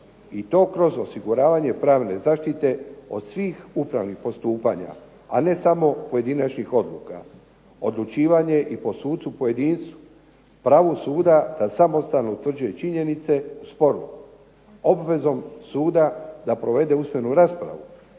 i to kroz osiguravanje pravne zaštite od svih upravnih postupanja, a ne samo pojedinačnih odluka, odlučivanje i po sucu pojedincu, pravo suda da samostalno utvrđuje činjenice u sporu, obvezom suda da provede usmenu raspravu